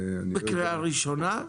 בקריאה ראשונה?